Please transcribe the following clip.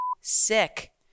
sick